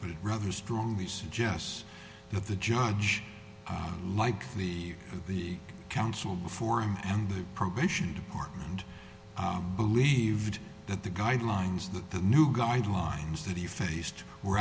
but rather strongly suggests that the judge mike the the counsel before him and the probation department believed that the guidelines that the new guidelines that he faced were